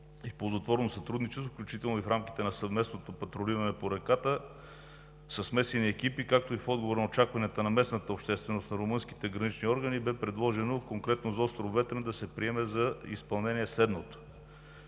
и ползотворно сътрудничество, включително и в рамките на съвместното патрулиране по реката със смесени екипи, както и в отговор на очакванията на местната общественост, на румънските гранични органи бе предложено – конкретно за остров Ветрен, да се приеме за изпълнение следното: